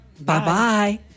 Bye-bye